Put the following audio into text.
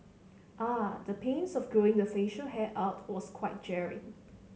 the pains of growing the facial hair out was quite jarring